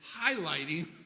highlighting